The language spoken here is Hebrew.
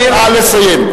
נא לסיים.